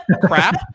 crap